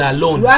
Alone